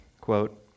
quote